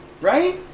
Right